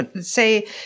say